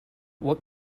what